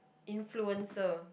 influencer